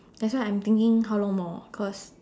that's why I'm thinking how long more cause